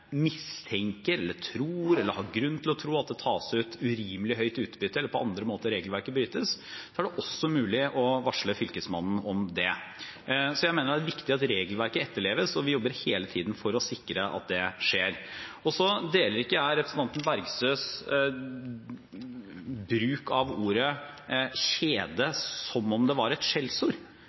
mistenker, eller tror, eller har grunn til å tro at det tas ut urimelig høyt utbytte, eller at regelverket brytes på andre måter, er det mulig å varsle Fylkesmannen om det. Jeg mener det er viktig at regelverket etterleves, og vi jobber hele tiden for å sikre at det skjer. Så deler ikke jeg representanten Bergstøs bruk av ordet «kjede», som om det var et